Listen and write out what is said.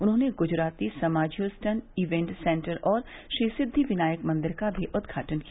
उन्होंने गूजराती समाज Houston event centre और श्रीसिद्वि विनायक मंदिर का भी उद्घाटन किया